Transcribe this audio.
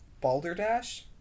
Balderdash